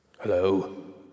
Hello